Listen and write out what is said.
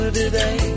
today